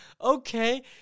okay